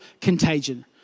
contagion